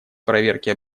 проверки